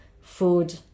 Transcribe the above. food